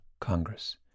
Congress